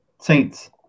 Saints